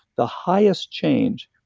the highest change,